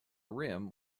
rim